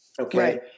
Okay